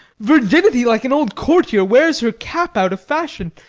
virginity, like an old courtier, wears her cap out of fashion,